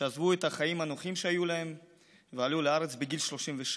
שעזבו את החיים הנוחים שהיו להם ועלו לארץ בגיל 36,